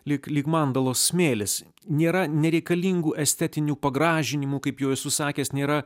lyg lyg mandalos smėlis nėra nereikalingų estetinių pagražinimų kaip jau esu sakęs nėra